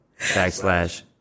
Backslash